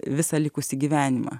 visą likusį gyvenimą